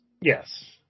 Yes